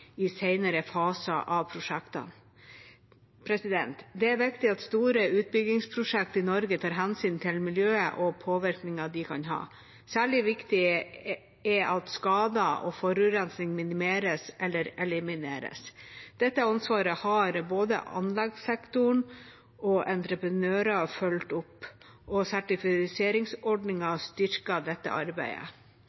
i senere faser av prosjekter. Det er viktig at store utbyggingsprosjekter i Norge tar hensyn til miljøet og påvirkningen de kan ha. Særlig viktig er det at skader og forurensning minimeres eller elimineres. Dette ansvaret har både anleggssektoren og entreprenører fulgt opp, og